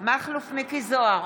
מכלוף מיקי זוהר,